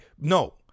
no